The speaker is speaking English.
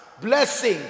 Blessing